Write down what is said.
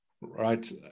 right